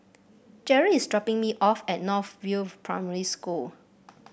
Jerry is dropping me off at North View Primary School